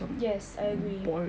yes I agree